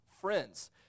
friends